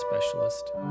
Specialist